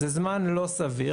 זה זמן לא סביר,